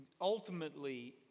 Ultimately